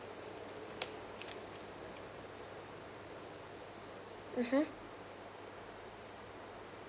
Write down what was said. mmhmm